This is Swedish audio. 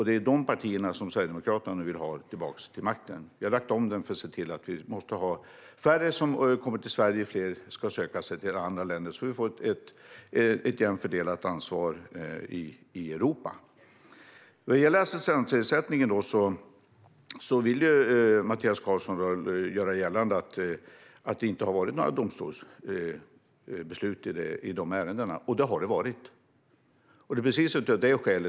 Det är de partierna som Sverigedemokraterna nu vill ha tillbaka till makten. Vi har lagt om den för att vi måste få färre att komma till Sverige och fler att söka sig till andra länder, så att vi får ett jämnt fördelat ansvar i Europa. När det gäller assistansersättningen vill alltså Mattias Karlsson göra gällande att det inte har kommit några domstolsutslag i de ärendena, men det har det.